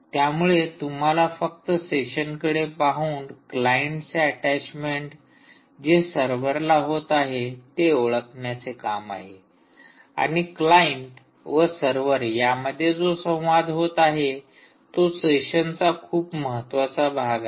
त्यामुळे तुम्हाला फक्त सेशनकडे पाहून क्लाइंटचे अटॅचमेंट जे सर्वरला होत आहे ते ओळखण्याचे काम आहे आणि क्लाइंट व सर्वर यामध्ये जो संवाद होत आहे तो सेशनचा खूप महत्त्वाचा भाग आहे